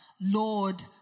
Lord